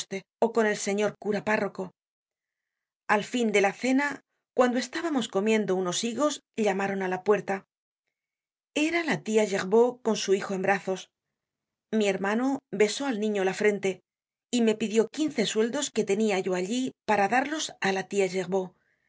from google book search generated at al fin de la cena cuando estábamos comiendo unos higos llamaron á la puerta era la tia gerbaud con su hijo en brazos mi hermano besó al niño la frente y me pidió quince sueldos que tenia yo allí para darlos á la tia